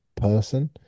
person